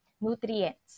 nutrients